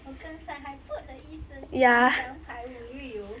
我刚才还 了一声吉祥牌无虑油